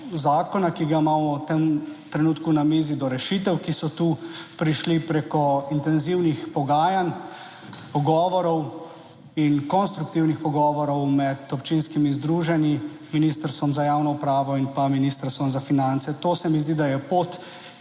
zakona, ki ga imamo v tem trenutku na mizi, do rešitev, ki so tu prišli preko intenzivnih pogajanj, pogovorov in konstruktivnih pogovorov med občinskimi združenji, Ministrstvom za javno upravo in pa Ministrstvom za finance. To se mi zdi, da je pot,